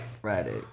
Friday